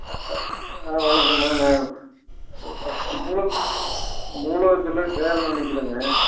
ஆ ஆ ஆ வணக்கம்மா நான் நூலகத்தில் நூலகத்தில் சேர நினைக்கிறேங்க